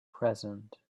present